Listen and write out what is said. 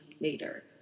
later